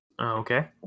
Okay